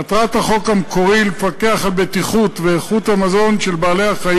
מטרת החוק המקורי היא לפקח על הבטיחות והאיכות של מזון בעלי-החיים,